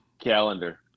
calendar